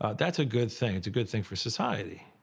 ah that's a good thing. it's a good thing for society,